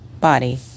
body